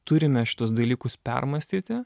turime šituos dalykus permąstyti